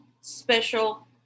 special